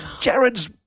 Jared's